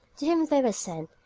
to whom they were sent,